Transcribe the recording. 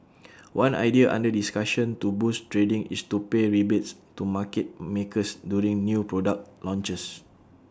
one idea under discussion to boost trading is to pay rebates to market makers during new product launches